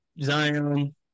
Zion